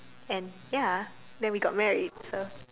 and ya we got married so